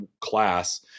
class